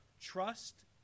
Trust